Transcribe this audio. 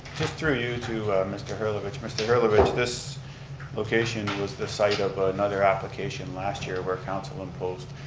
just through you to mr. hellervitch, mr. hellervich, this location was the site of but another application last year where council imposed.